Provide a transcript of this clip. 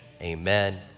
amen